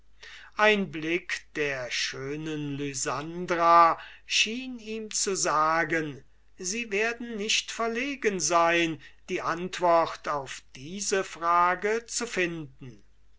ein blick der schönen lysandra schien ihm zu sagen sie werden nicht verlegen sein die antwort auf diese frage zu finden